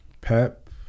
Pep